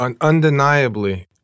Undeniably